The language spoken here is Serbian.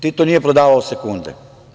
Tito nije prodavao sekunde.